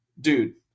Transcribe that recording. dude